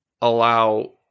allow